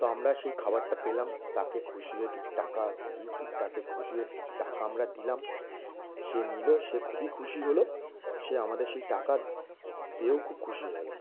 তো আমরা সেই খাবারটা পেলাম তাকে খুশি হয়ে কিছু টাকা গিফ্ট তাকে খুশি হয়ে কিছু টাকা আমরা দিলাম সে নিলো সে খুবই খুশি হলো সে আমাদের সেই টাকা পেয়েও খুব খুশি হয়ে গেল গেলো